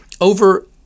over